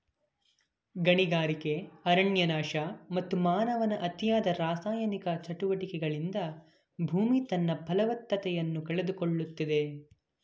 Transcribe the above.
ಗಣಿಗಾರಿಕೆ, ಅರಣ್ಯನಾಶ, ಮತ್ತು ಮಾನವನ ಅತಿಯಾದ ರಾಸಾಯನಿಕ ಚಟುವಟಿಕೆಗಳಿಂದ ಭೂಮಿ ತನ್ನ ಫಲವತ್ತತೆಯನ್ನು ಕಳೆದುಕೊಳ್ಳುತ್ತಿದೆ